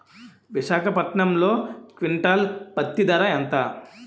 విశాఖపట్నంలో క్వింటాల్ పత్తి ధర ఎంత?